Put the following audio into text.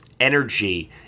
energy